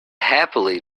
happily